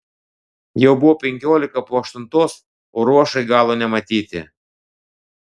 jau buvo penkiolika po aštuntos o ruošai galo nematyti